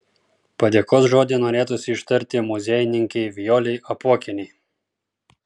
padėkos žodį norėtųsi ištarti muziejininkei vijolei apuokienei